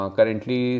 Currently